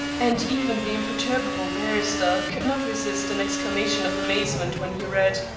and even the imperturbable barrister could not resist an exclamation of amazement when he read